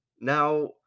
Now